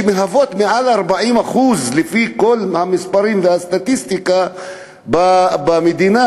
שמהוות מעל 40% לפי כל המספרים והסטטיסטיקה במדינה,